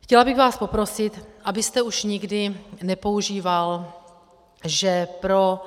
Chtěla bych vás poprosit, abyste už nikdy nepoužíval, že pro...